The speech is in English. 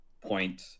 point